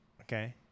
Okay